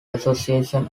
association